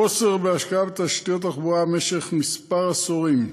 חוסר בהשקעה בתשתיות תחבורה במשך כמה עשורים,